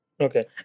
Okay